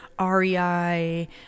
rei